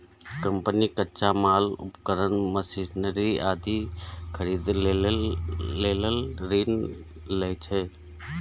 company कच्चा माल, उपकरण, मशीनरी आदि खरीदै लेल ऋण लै छै